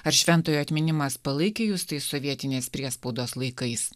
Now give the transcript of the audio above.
ar šventojo atminimas palaikė jus tais sovietinės priespaudos laikais